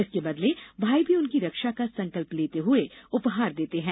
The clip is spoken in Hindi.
इसके बदले भाई भी उनकी रक्षा का संकल्प लेते हुए उपहार देते हैं